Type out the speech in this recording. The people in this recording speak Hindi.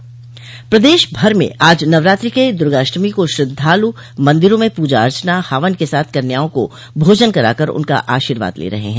प्रदेश भर में आज नवरात्रि के दुर्गा अष्टमी को श्रद्धालु मंदिरों में पूजा अर्चना हवन के साथ कन्याओं को भोजन करा कर उनका आशीर्वाद ले रहे हैं